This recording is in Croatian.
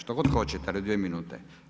Što god hoćete, ali u dvije minute.